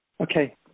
Okay